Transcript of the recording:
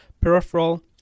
peripheral